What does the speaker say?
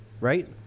right